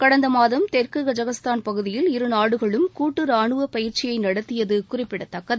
கடந்த மாதம் தெற்கு கஜகஸ்தான் பகுதியில் இருநாடுகளும் கூட்டு ரானுவப் பயிற்சியை நடத்தியது குறிப்பிடத்தக்கது